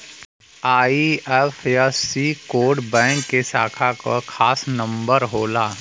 IFSC code bank के शाखा क खास नंबर होला